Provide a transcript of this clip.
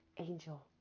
angel